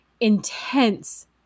intense